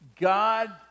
God